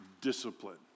discipline